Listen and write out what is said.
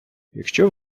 якщо